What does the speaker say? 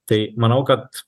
tai manau kad